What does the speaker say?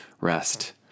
rest